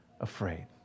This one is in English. afraid